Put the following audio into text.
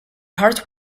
heart